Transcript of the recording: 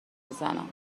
میزنم